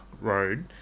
road